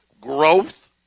growth